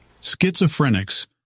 Schizophrenics